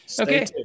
Okay